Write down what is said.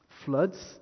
Floods